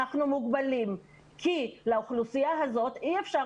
אנחנו מוגבלים כי לאוכלוסייה הזאת אי אפשר